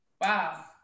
Wow